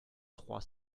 trois